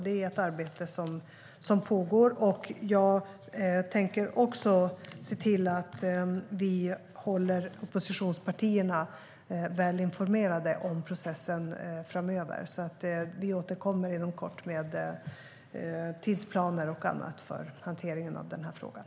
Det arbetet pågår, och jag tänker också se till att vi håller oppositionspartierna välinformerade om processen framöver. Vi återkommer inom kort med tidsplaner och annat för hanteringen av den här frågan.